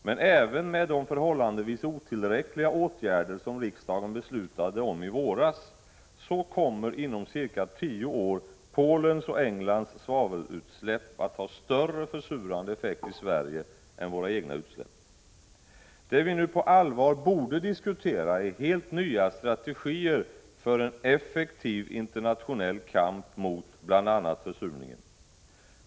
Men även med de förhållandevis otillräckliga åtgärder som riksdagen beslutade i våras kommer inom ca tio år Polens och Englands svavelutsläpp att ha större försurande effekt i Sverige än våra egna utsläpp. Det vi nu på allvar borde diskutera är helt nya strategier för en effektiv internationell kamp mot bl.a. försurningen.